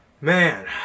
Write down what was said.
Man